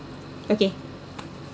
okay